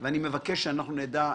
אנחנו נפתח במצגת שתינתן על ידי